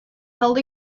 held